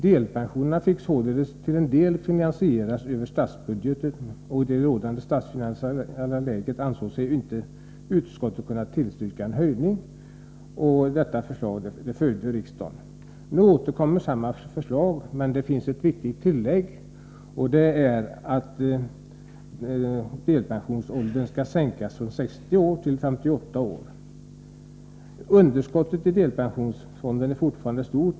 Delpensionerna fick till en del finansieras över statsbudgeten. I rådande statsfinansiella läge ansåg sig inte utskottet kunna tillstyrka en höjning. Riksdagen följde detta förslag. Nu återkommer vpk med sitt förslag, men det finns ett viktigt tillägg, och det är att delpensionsåldern skall sänkas från 60 till 58 år. Underskottet i delpensionsfonden är fortfarande stort.